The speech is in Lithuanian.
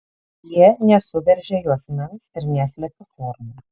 jie nesuveržia juosmens ir neslepia formų